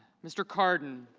mr. cardin